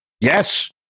yes